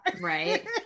right